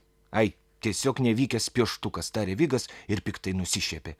ai tiesiog nevykęs pieštukas tarė vigas ir piktai nusišiepė